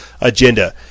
agenda